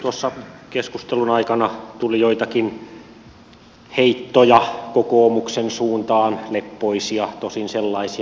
tuossa keskustelun aikana tuli joitakin heittoja kokoomuksen suuntaan tosin leppoisia sellaisia